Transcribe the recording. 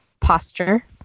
posture